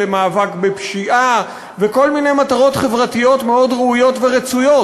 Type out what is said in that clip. מאבק בפשיעה וכל מיני מטרות חברתיות מאוד ראויות ורצויות,